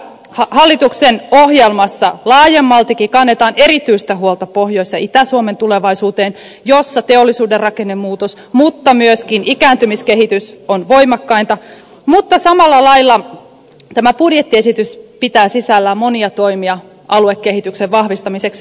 sen takia tässä hallituksen ohjelmassa laajemmaltikin kannetaan erityistä huolta tulevaisuudesta pohjois ja itä suomessa missä teollisuuden rakennemuutos mutta myöskin ikääntymiskehitys on voimakkainta mutta samalla lailla tämä budjettiesitys pitää sisällään monia toimia aluekehityksen vahvistamiseksi